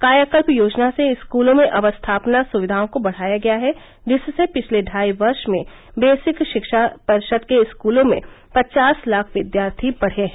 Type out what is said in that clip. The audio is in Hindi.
कायाकल्प योजना से स्कूलों में अवस्थापना सुविधाओं को बढ़ाया गया है जिससे पिछले ढाई वर्ष में बेसिक शिक्षा परिषद के स्कूलों में पचास लाख विद्यार्थी बढ़े हैं